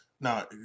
Now